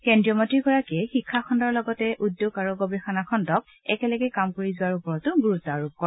কেন্দ্ৰীয় মন্ত্ৰীগৰাকীয়ে শিক্ষাখণ্ডৰ লগতে উদ্যোগ আৰু গৱেষণা খণ্ডক একেলগে কাম কৰি যোৱাৰ ওপৰতো গুৰুত্ব আৰোপ কৰে